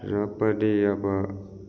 र पनि अब